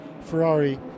Ferrari